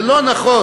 זה לא נכון.